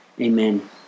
Amen